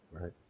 Right